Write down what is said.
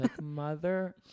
mother